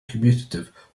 commutative